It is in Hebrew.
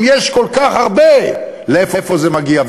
אם יש כל כך הרבה, לאיפה זה מגיע?